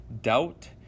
Doubt